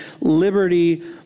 liberty